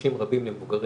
חודשים רבים במבוגרים,